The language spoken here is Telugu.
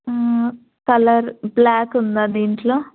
కలర్ బ్లాక్ ఉందా దీంట్లో